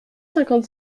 cinquante